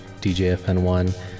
DJFN1